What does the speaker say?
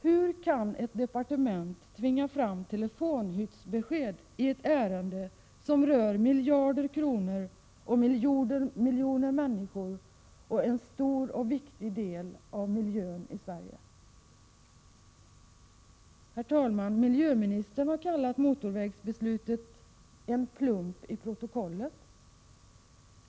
Hur kan ett departement tvinga fram telefonhyttsbesked i ett ärende som gäller miljarder kronor, miljoner människor och en stor och viktig del av miljön i Sverige? Herr talman! Miljöministern har kallat motorvägsbeslutet ”en plump i protokollet”.